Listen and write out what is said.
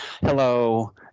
Hello